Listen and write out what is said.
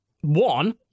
one